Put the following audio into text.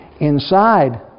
Inside